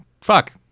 fuck